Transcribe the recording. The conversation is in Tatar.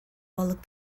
балык